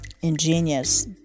ingenious